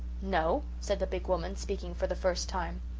no, said the big woman, speaking for the first time,